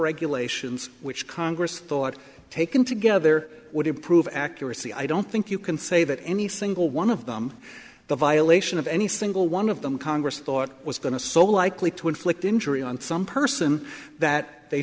regulations which congress thought taken together would improve accuracy i don't think you can say that any single one of them the violation of any single one of them congress thought was going to so likely to inflict injury on some person that they